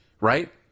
Right